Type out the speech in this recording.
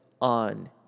on